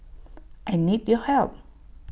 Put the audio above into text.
I need your help